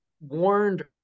warned